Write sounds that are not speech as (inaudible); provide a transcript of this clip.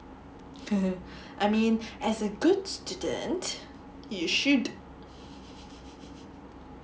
(laughs) I mean as a good student you should (laughs)